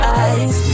eyes